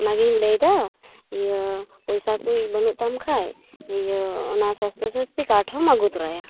ᱚᱱᱟᱜᱤᱧ ᱞᱟ ᱭᱮᱫᱟ ᱤᱭᱟ ᱯᱚᱭᱥᱟ ᱠᱚ ᱵᱟ ᱱᱩᱜ ᱛᱟᱢ ᱠᱷᱟᱱ ᱤᱭᱟᱹ ᱚᱱᱟ ᱥᱟᱥᱛᱷᱚ ᱥᱟᱥᱛᱷᱤ ᱠᱟᱨᱰ ᱦᱚᱢ ᱟ ᱜᱩ ᱛᱚᱨᱟᱭᱟ